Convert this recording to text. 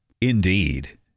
Indeed